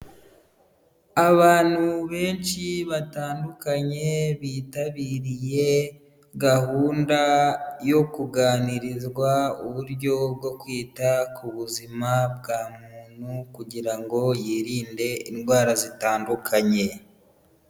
Abantu benshi batandukanye bitabiriye gahunda yo kuganirizwa uburyo bwo kwita ku buzima bwa muntu kugira ngo yirinde indwara zitandukanye.